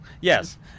Yes